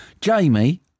Jamie